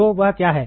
तो वह क्या है